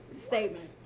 statement